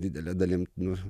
didele dalim nu